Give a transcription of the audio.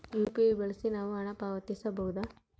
UPI ಬಳಸಿ ನಾವು ಹಣ ಪಾವತಿಸಬಹುದಾ?